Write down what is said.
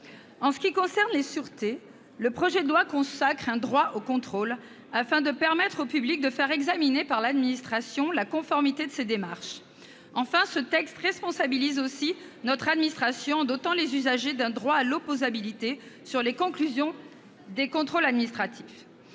ce qui concerne les sûretés, le projet de loi consacre un « droit au contrôle », afin de permettre au public de faire examiner par l'administration la conformité de ses démarches. Enfin, ce texte responsabilise notre administration en dotant les usagers d'un « droit à l'opposabilité » quant aux conclusions des contrôles administratifs.